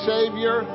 Savior